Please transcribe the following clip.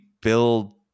build